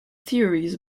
theories